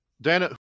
Dana